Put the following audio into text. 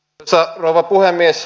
arvoisa rouva puhemies